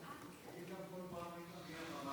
תגיד להם כל פעם מי אחריו.